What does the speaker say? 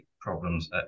problems